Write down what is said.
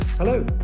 Hello